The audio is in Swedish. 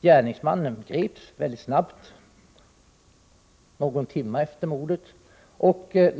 Gärningsmannen greps mycket snabbt — någon timme efter mordet.